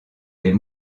des